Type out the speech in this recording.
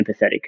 empathetic